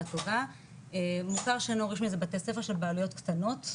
טובה מוכר שאינו רשמי זה בתי ספר של בעלויות קטנות,